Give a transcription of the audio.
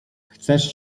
chcesz